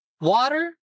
water